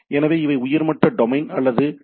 எனவே இவை உயர் மட்ட டொமைன் அல்லது டி